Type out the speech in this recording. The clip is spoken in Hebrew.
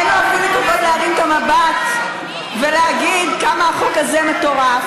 אין לו אפילו כבוד להרים את המבט ולהגיד כמה החוק הזה מטורף,